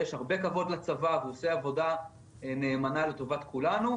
יש הרבה כבוד לצבא והוא עושה עבודה נאמנה לטובת כולנו,